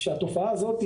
שהתופעה הזאת,